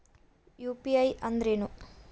UPI ಅಂದ್ರೇನು?